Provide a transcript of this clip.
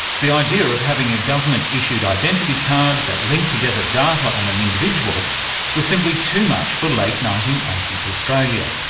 the idea of having a government issued identity card that linked together data on an individual was simply too much for late nineteen eighty s australia.